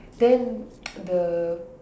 then the